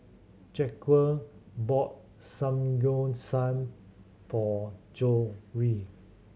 Jacquez bought Samgyeopsal for Joni